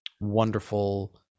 wonderful